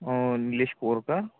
Nilesh Korka